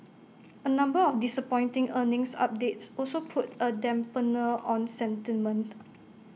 A number of disappointing earnings updates also put A dampener on sentiment